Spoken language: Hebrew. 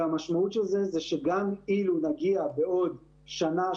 והמשמעות של זה היא שגם אילו נגיע בעוד שנה,